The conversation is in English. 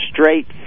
straight